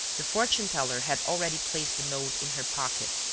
the fortune-teller had already placed the note in her pocket,